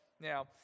Now